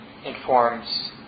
Informs